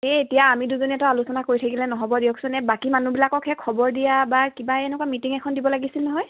এই এতিয়া আমি দুজনীয়েতো আলোচনা কৰি থাকিলে নহ'ব দিয়কচোন এই বাকী মানুহবিলাককহে খবৰ দিয় বা কিবা এনেকুৱা মিটিং এখন দিব লাগছিল নহয়